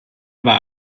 war